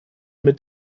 mit